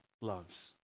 loves